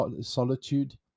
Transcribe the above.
solitude